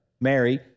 Mary